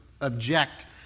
object